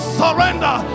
surrender